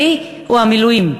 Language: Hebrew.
אני או המילואים?'